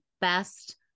best